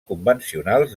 convencionals